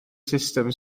sustem